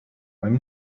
i’m